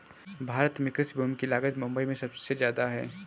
भारत में कृषि भूमि की लागत मुबई में सुबसे जादा है